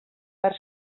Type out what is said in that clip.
per